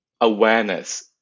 awareness